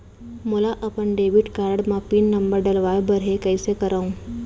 मोला अपन debit card म पिन नंबर डलवाय बर हे कइसे करव?